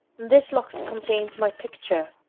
this locket contains my picture.